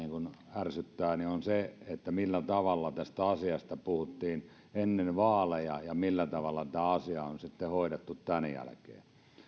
ärsyttää on se millä tavalla tästä asiasta puhuttiin ennen vaaleja ja millä tavalla tämä asia on sitten hoidettu tämän jälkeen